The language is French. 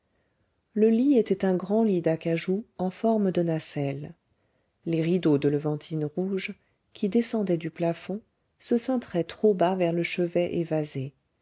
le lit était un grand lit d'acajou en forme de nacelle les rideaux de levantine rouge qui descendaient du plafond se cintraient trop bas vers le chevet évasé